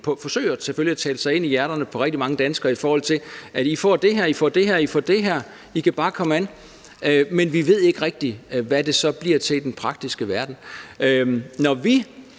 forsøgt at tale sig ind i hjerterne på rigtig mange danskere ved at sige: I får det her, I får det her, og I får det her – I kan bare komme an – men vi ved ikke rigtig, hvad det så bliver til i den praktiske verden. Når vi